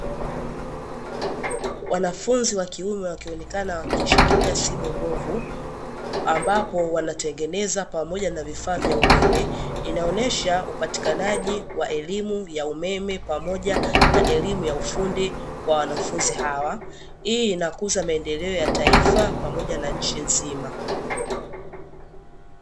Wanafunzi wa kiume, wakionekana wakishikilia simu mbovu, ambapo wanatengeneza pamoja na vifaa vya umeme. Inaonyesha upatikanaji wa elimu ya umeme pamoja na elimu ya ufundi kwa wanafunzi hawa. Hii inakuza maendeleo ya taifa pamoja na nchi nzima.